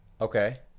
Okay